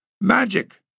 Magic